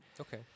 Okay